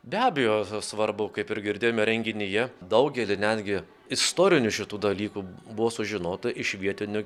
be abejo svarbu kaip ir girdėjome renginyje daugelį netgi istorinių šitų dalykų buvo sužinota iš vietinių